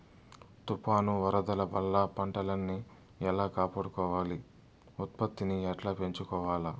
తుఫాను, వరదల వల్ల పంటలని ఎలా కాపాడుకోవాలి, ఉత్పత్తిని ఎట్లా పెంచుకోవాల?